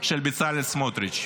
של בצלאל סמוטריץ'.